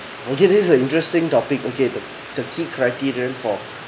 okay this is a interesting topic okay the key criterion for